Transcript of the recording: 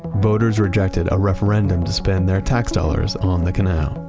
voters rejected a referendum to spend their tax dollars on the canal.